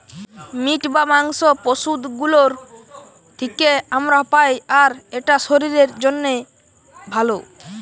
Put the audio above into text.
meet বা মাংস পশু গুলোর থিকে আমরা পাই আর এটা শরীরের জন্যে ভালো